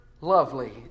lovely